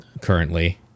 currently